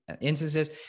instances